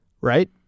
right